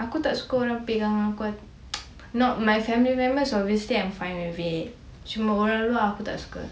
aku tak suka orang pegang not my family members obviously I'm fine with it cuma orang luar aku tak suka